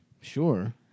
Sure